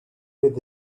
with